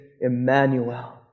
Emmanuel